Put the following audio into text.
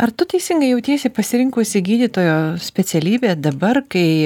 ar tu teisingai jautiesi pasirinkusi gydytojo specialybę dabar kai